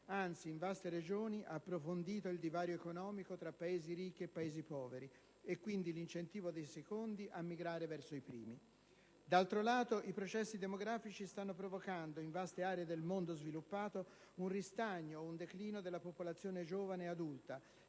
anzi, in vaste regioni, ha approfondito il divario economico tra Paesi ricchi e Paesi poveri e, quindi, l'incentivo dei secondi a migrare verso i primi. D'altro lato, i processi demografici stanno provocando - in vaste aree del mondo sviluppato - un ristagno o un declino della popolazione giovane e adulta